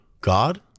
God